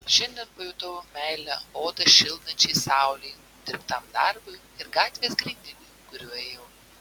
šiandien pajutau meilę odą šildančiai saulei nudirbtam darbui ir gatvės grindiniui kuriuo ėjau